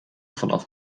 vanaf